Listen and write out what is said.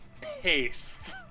paste